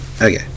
Okay